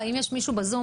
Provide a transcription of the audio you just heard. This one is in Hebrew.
האם יש מישהו בזום